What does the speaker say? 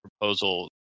proposal